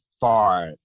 far